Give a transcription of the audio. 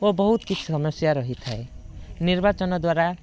ଓ ବହୁତ କିଛି ସମସ୍ୟା ରହିଥାଏ ନିର୍ବାଚନ ଦ୍ଵାରା